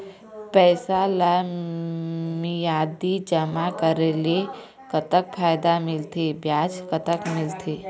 पैसा ला मियादी जमा करेले, कतक फायदा मिलथे, ब्याज कतक मिलथे?